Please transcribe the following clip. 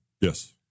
Yes